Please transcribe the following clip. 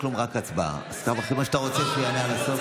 אין כלום,